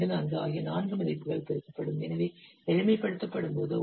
24 ஆகிய நான்கு மதிப்புகள் பெருக்கப்படும் எனவே எளிமைப்படுத்தும்போது 1